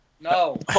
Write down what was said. No